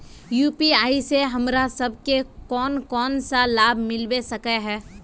UPI से हमरा सब के कोन कोन सा लाभ मिलबे सके है?